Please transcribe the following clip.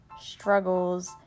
struggles